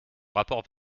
rapport